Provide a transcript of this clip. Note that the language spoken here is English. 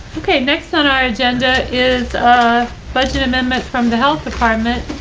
okay, next on our agenda is a budget amendment from the health department.